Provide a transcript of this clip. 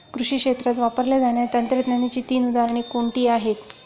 कृषी क्षेत्रात वापरल्या जाणाऱ्या तंत्रज्ञानाची तीन उदाहरणे कोणती आहेत?